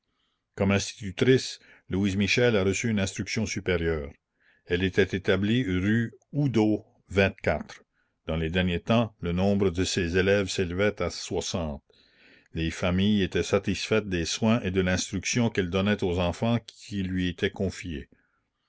comme institutrice louise michel a reçu une instruction supérieure elle était établie rue udot dans les derniers temps le nombre de ses élèves s'élevait à es familles étaient satisfaites des soins et de l'instruction qu'elle donnait aux enfants qui lui étaient confiés